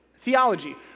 theology